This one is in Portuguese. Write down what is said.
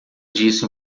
disso